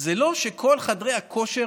שעכשיו כל חדרי הכושר,